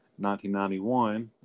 1991